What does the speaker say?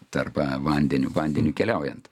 tarp vandeniu vandeniu keliaujant